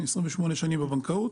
28 שנים אני בבנקאות,